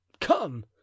come